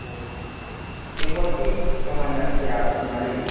ꯑꯣ ꯇꯦꯡꯀꯦꯠꯇꯤ ꯃꯃꯜꯅ ꯀꯌꯥ ꯀꯔꯃꯥꯏꯅ ꯂꯩꯕꯒꯦ